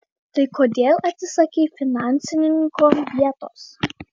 tai kodėl atsisakei finansininko vietos